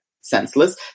senseless